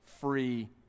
free